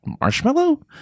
marshmallow